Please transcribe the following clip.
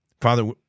Father